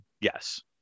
Yes